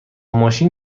ماشین